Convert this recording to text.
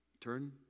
Turn